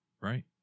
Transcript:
right